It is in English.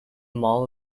mall